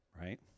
right